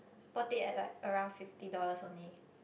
bought it at like around fifty dollars only